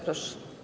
Proszę.